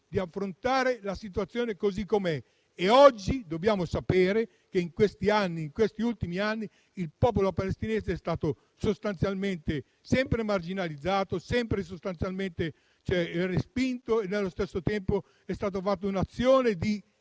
affrontare la situazione per come è. Dobbiamo sapere che in questi anni, in questi ultimi anni, il popolo palestinese è stato sostanzialmente sempre marginalizzato, respinto e nello stesso tempo è stata fatta un'azione di